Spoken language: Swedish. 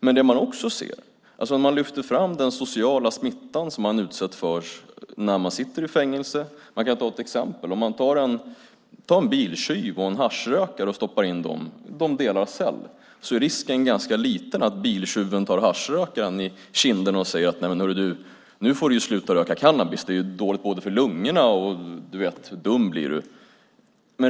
Men det som också framgår är den sociala smitta som brottslingen utsätts för i fängelse. Jag kan ge ett exempel. Låt en biltjuv och en haschrökare dela cell. Risken är liten att biltjuven tar haschrökaren i kinden och säger: Nu får du sluta röka cannabis. Det är dåligt för lungorna och du blir dum.